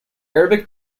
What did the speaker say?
arabic